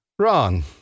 wrong